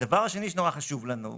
הדבר השני שחשוב לנו.